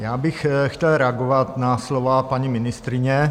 Já bych chtěl reagovat na slova paní ministryně.